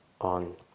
on